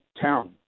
town